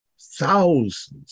Thousands